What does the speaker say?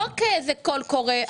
לא כאיזה קול קורא.